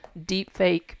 deepfake